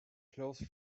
close